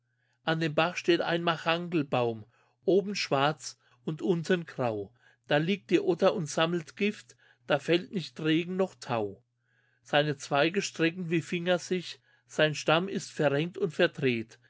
an dem bach steht ein machangelbaum oben schwarz und unten grau da liegt die otter und sammelt gift da fällt nicht regen noch tau seine zweige strecken wie finger sich sein stamm ist verrenkt und verdreht